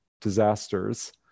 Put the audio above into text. disasters